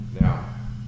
Now